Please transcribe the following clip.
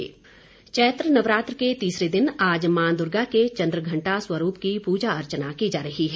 नवरात्र चैत्र नवरात्र के तीसरे दिन आज मां दुर्गा के चंद्रघंटा स्वरूप की पूजा अर्चना की जा रही है